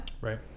right